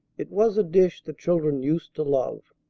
it was a dish the children used to love.